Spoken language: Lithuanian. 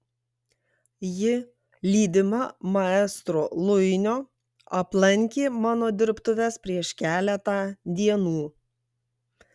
ji lydima maestro luinio aplankė mano dirbtuves prieš keletą dienų